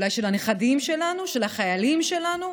אולי של הנכדים שלנו, של החיילים שלנו.